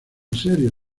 series